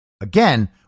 again